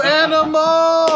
animal